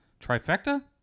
Trifecta